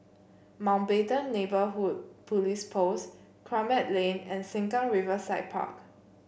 Mountbatten Neighbourhood Police Post Kramat Lane and Sengkang Riverside Park